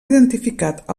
identificat